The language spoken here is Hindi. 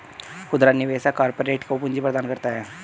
खुदरा निवेशक कारपोरेट को पूंजी प्रदान करता है